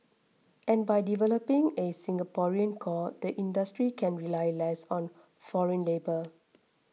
and by developing a Singaporean core the industry can rely less on foreign labour